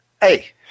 hey